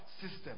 System